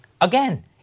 Again